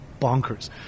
bonkers